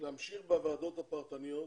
להמשיך בוועדות הפרטניות,